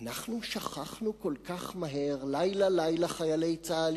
אנחנו שכחנו כל כך מהר, לילה לילה חיילי צה"ל